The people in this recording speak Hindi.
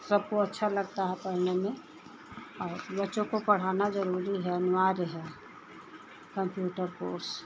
सबको अच्छा लगता है पढ़ने में और बच्चों को पढ़ाना ज़रूरी है अनिवार्य है कंप्यूटर कोर्स